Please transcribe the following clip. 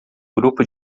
grupo